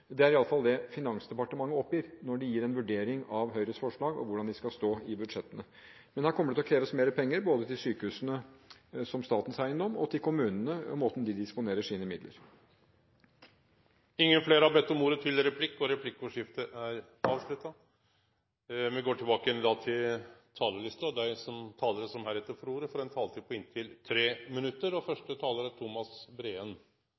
Det er i alle fall det Finansdepartementet oppgir når de gir en vurdering av Høyres forslag, og hvordan de skal stå i budsjettene. Men her kommer det til å kreves mer penger, både til sykehusene, som statens eiendom, og til kommunene og måten de disponerer sine midler på. Replikkordskiftet er avslutta. Dei talarane som heretter får ordet,